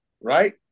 Right